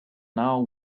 now